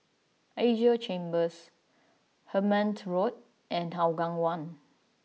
Asia Chambers Hemmant Road and Hougang One